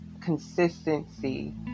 consistency